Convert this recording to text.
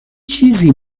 چیزی